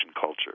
culture